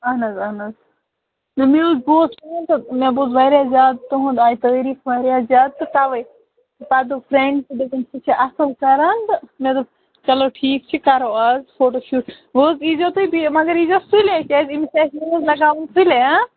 اَہَن حظ اَہَن حظ نہَ مےٚ حظ بوٗز تُہُنٛد مےٚ بوٗز واریاہ زیادٕ تُہُنٛد آیہِ تٲریٖف واریاہ زیادٕ تہٕ تَوے پَتہٕ دوٚپ فرٛیٚنٛڈِ تہِ دوٚپُن سُہ چھُ اَصٕل کَران تہٕ مےٚ دوٚپ چلو ٹھیٖک چھُ کَرو اَز فوٹوٗ شوٗٹ وۅنۍ حظ ییٖزیٚو تُہۍ بیٚیہِ مگر ییٖزیو سُلے کیٛازِ أمِس آسہِ مٲنٛز لَگاوٕنۍ سُلے ہا